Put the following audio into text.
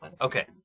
Okay